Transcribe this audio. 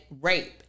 rape